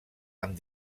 amb